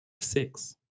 six